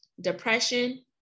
depression